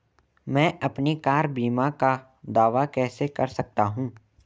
मैं अपनी कार बीमा का दावा कैसे कर सकता हूं?